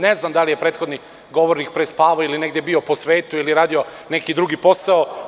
Ne znam da li je prethodni govornik prespavao ili je bio negde po svetu ili je radio neki drugi posao.